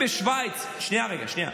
שנייה, רגע.